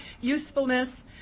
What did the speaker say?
usefulness